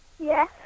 Yes